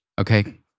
Okay